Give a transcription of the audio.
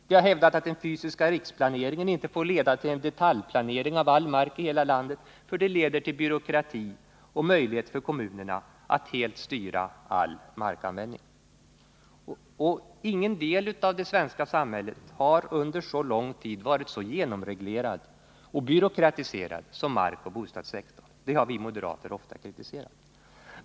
Vi har hävdat att den fysiska riksplaneringen inte får leda till en detaljplanering av all mark i hela landet, eftersom det leder till byråkrati och möjlighet för kommunerna att helt styra all markanvändning. Och ingen del av det svenska samhället har under så lång tid varit så genomreglerad och så byråkratiserad som markoch bostadssektorn. Detta har vi moderater ofta kritiserat.